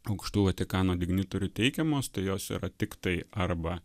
aukštų vatikano dignitorių teikiamos tai jos yra tiktai arba